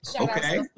Okay